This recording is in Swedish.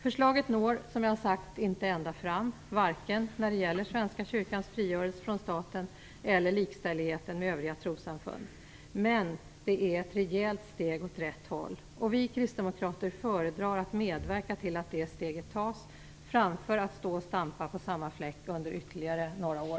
Förslaget når, som jag sagt, inte ända fram, vare sig när det gäller Svenska kyrkans frigörelse från staten eller likställigheten med övriga trossamfund. Men det är ett rejält steg år rätt håll. Vi kristdemokrater föredrar att medverka till att det steget tas framför att stå och stampa på samma fläck under ytterligare några år.